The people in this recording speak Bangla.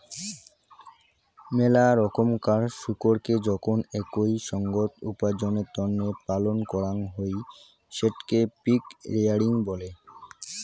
মেলা রকমকার শুকোরকে যখন একই সঙ্গত উপার্জনের তন্নে পালন করাং হই সেটকে পিগ রেয়ারিং বলে